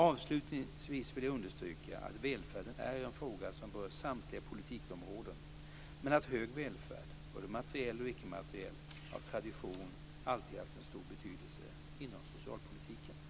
Avslutningsvis vill jag understryka att välfärden är en fråga som berör samtliga politikområden men att hög välfärd, både materiell och icke-materiell, av tradition alltid haft stor betydelse inom socialpolitiken.